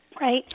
right